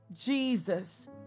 Jesus